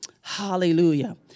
Hallelujah